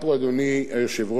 אדוני היושב-ראש,